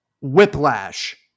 whiplash